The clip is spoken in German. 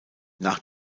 nach